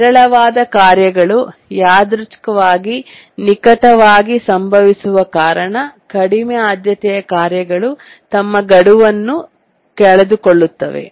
ವಿರಳವಾದ ಕಾರ್ಯಗಳು ಯಾದೃಚ್ ಕವಾಗಿ ನಿಕಟವಾಗಿ ಸಂಭವಿಸುವ ಕಾರಣ ಕಡಿಮೆ ಆದ್ಯತೆಯ ಕಾರ್ಯಗಳು ತಮ್ಮ ಗಡುವನ್ನು ಕಳೆದುಕೊಳ್ಳುತ್ತವೆ